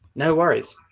no worries.